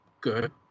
good